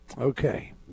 Okay